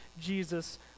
Jesus